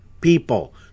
people